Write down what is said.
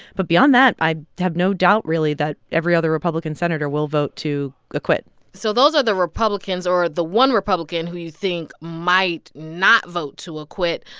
but beyond that, i have no doubt, really, that every other republican senator will vote to acquit so those are the republicans or the one republican who you think might not vote to acquit.